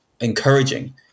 encouraging